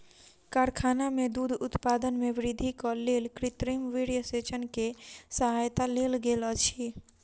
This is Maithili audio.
कारखाना में दूध उत्पादन में वृद्धिक लेल कृत्रिम वीर्यसेचन के सहायता लेल गेल अछि